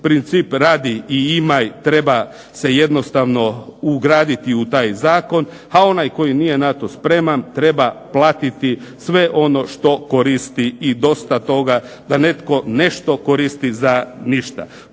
princip radi i ima i treba se jednostavno ugraditi u taj zakon, a onaj koji nije na to spreman treba platiti sve ono što koristi i dosta toga da netko nešto koristi za ništa.